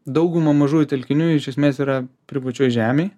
dauguma mažųjų telkinių iš esmės yra privačioj žemėj